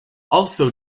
also